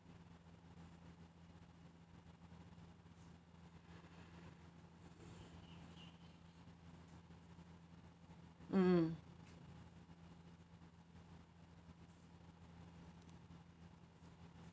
mm